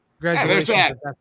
Congratulations